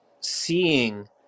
seeing